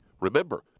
Remember